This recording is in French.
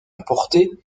importées